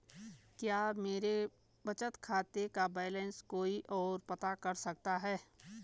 क्या मेरे बचत खाते का बैलेंस कोई ओर पता कर सकता है?